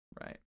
right